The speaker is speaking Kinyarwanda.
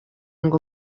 ngo